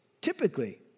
typically